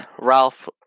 ralph